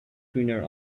greener